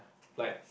like